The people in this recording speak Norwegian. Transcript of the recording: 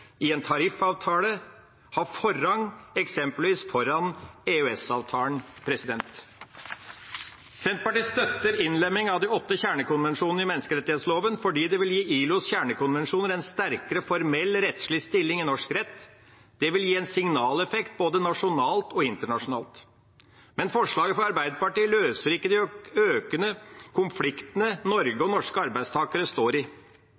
i en tariffavtale, ha forrang eksempelvis foran EØS-avtalen. Senterpartiet støtter innlemming av de åtte kjernekonvensjonene i menneskerettsloven fordi de vil gi ILOs kjernekonvensjoner en sterkere formell rettslig stilling i norsk rett. Det vil gi en signaleffekt både nasjonalt og internasjonalt. Men forslaget fra Arbeiderpartiet løser ikke de økende konfliktene Norge og norske arbeidstakere står i.